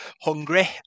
hungry